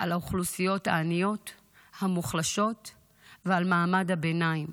על האוכלוסיות העניות המוחלשות ועל מעמד הביניים.